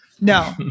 No